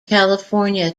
california